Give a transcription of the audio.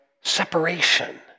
separation